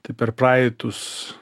tai per praeitus